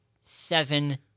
seven